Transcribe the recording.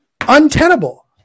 untenable